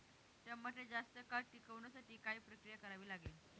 टमाटे जास्त काळ टिकवण्यासाठी काय प्रक्रिया करावी लागेल?